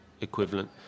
equivalent